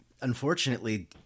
unfortunately